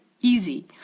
easy